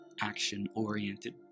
action-oriented